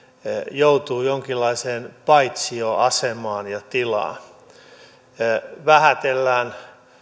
joutuu jonkinlaiseen paitsioasemaan ja tilaan vähätellään